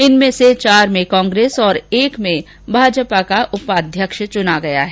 इनमें से चार में कांग्रेस और एक में भाजपा का उपाध्यक्ष चुना गया है